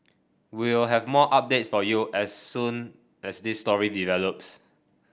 we'll have more updates for you as soon as this story develops